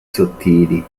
sottili